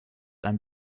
ein